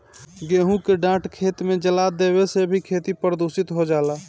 गेंहू के डाँठ खेत में जरा देवे से भी खेती प्रदूषित हो जाला